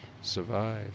survive